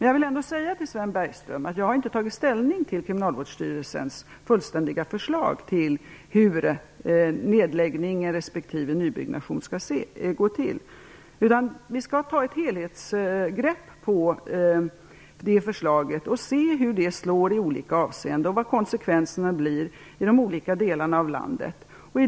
Jag har inte, Sven Bergström, tagit ställning till Kriminalvårdsstyrelsens fullständiga förslag till hur en nedläggning/en nybyggnation skall gå till. Vi skall ta ett helhetsgrepp om förslaget och se hur det slår i olika avseenden och vilka konsekvenserna blir i olika delar av landet.